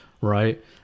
right